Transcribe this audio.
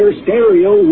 stereo